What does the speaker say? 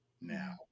now